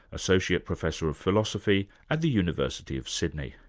associate professor of philosophy at the university of sydney.